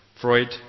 Freud